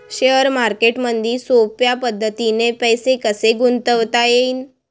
Share मार्केटमधी सोप्या पद्धतीने पैसे कसे गुंतवता येईन?